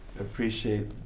appreciate